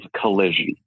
collision